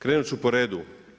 Krenut ću po redu.